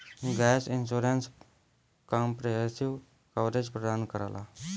gap insurance comprehensive coverage प्रदान करला